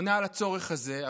עונה על הצורך הזה.